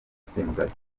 semugaza